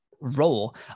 role